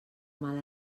mal